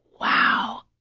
wow,